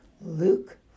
Luke